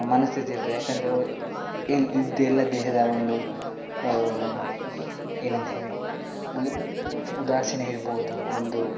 ಮನಸ್ಥಿತಿ ಇರ್ತದೆ ಯಾಕೆಂದ್ರೆ ಇಲ್ದಿದ್ದು ಎಲ್ಲ ದೇಹದ ಒಂದು ಏನಂತೇವೆ ಉಲ್ ಉದಾಸೀನ ಇರ್ಬೋದು ಒಂದು